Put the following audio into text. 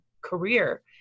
career